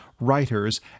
writers